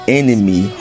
enemy